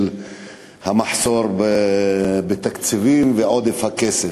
של המחסור בתקציבים ועודף הכסף.